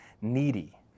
needy